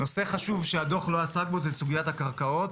נושא חשוב שהדוח לא עסק בו הוא סוגיית הקרקעות,